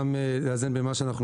אנחנו צריכים גם לאזן עם מה שאנחנו